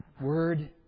Word